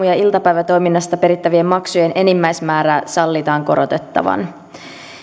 ja iltapäivätoiminnasta perittävien maksujen enimmäismäärää sallitaan korotettavan